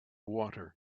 water